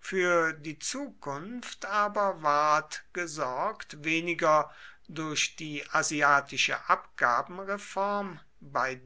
für die zukunft aber ward gesorgt weniger durch die asiatische abgabenreform bei